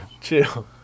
chill